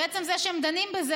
ועצם זה שהם דנים בזה,